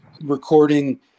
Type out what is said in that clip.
recording